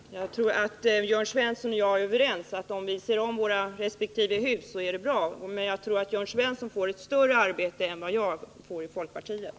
Herr talman! Jag tror att Jörn Svensson och jag är överens om att det är bra om var och en av oss ser om sina resp. hus. Men jag tror att Jörn Svensson då får ett större arbete än vad jag får i folkpartiet.